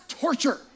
torture